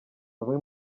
bamwe